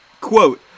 Quote